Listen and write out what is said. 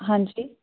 ਹਾਂਜੀ